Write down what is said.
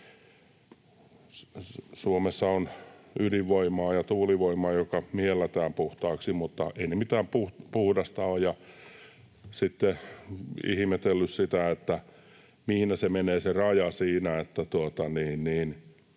Suomessa on ydinvoimaa ja tuulivoimaa, jotka mielletään puhtaaksi, mutta eivät ne mitään puhtaita ole. Ja sitten olen ihmetellyt, mihin menee se raja siinä,